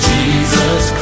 Jesus